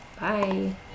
Bye